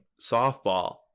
softball